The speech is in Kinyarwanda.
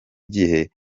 gihe